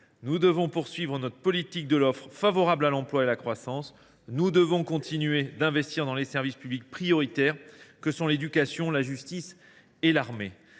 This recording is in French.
nous devons poursuivre notre politique de l’offre favorable à l’emploi et à la croissance, nous devons continuer d’investir dans les services publics prioritaires que sont l’éducation, la justice et l’armée.